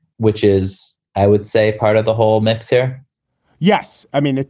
which is, i would say, part of the whole mix here yes. i mean,